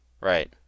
Right